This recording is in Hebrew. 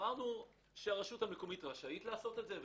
אמרנו שהרשות המקומית רשאית לעשות את זה,